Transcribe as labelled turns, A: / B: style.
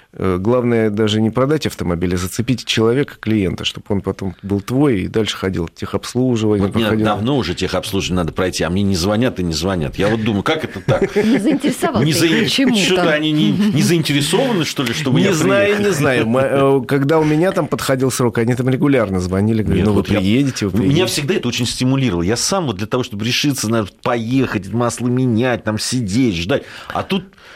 A: Э, главное даже не продать автомобиль, а зацепить человека, клиента, чтоб он потом был твой и дальше ходил, техобслуживание
B: Вот меня
A: проходил.
B: давно уже техобслуживание надо пройти, а мне не звонят и не звонят. Я вот думаю, как это так?
C: Не заинтересовал
B: Не
C: ты их
B: заин-
C: почему
B: что-то
C: там?
B: они не- не заинтересованы, что ли, чтобы
A: Не
B: я
A: знаю,
B: приехал?
A: не знаю. Ма- э, когда у меня там подходил срок, они там регулярно звонили, говорили,
B: Нет,
A: «Ну, вы
B: вот я-
A: приедете, вы
B: меня
A: приедете».
B: всегда это очень стимулировало. Я сам вот для того, чтобы решиться, наверное, поехать, масло менять, там сидеть, ждать. А тут